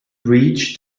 reach